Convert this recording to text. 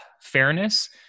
Fairness